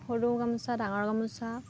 সৰু গামোচা ডাঙৰ গামোচা